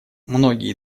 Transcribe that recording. многие